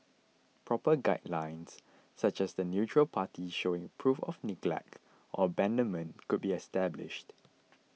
proper guidelines such as the neutral party showing proof of neglect or abandonment could be established